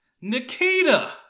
Nikita